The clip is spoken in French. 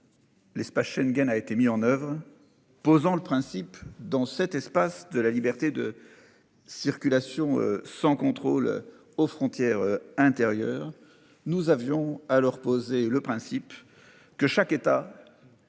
L'espace Schengen a été mis en oeuvre. Posant le principe dans cet espace de la liberté de. Circulation sans contrôle aux frontières intérieures. Nous avions à leur poser le principe que chaque État.